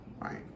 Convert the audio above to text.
right